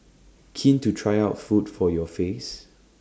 keen to try out food for your face